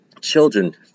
children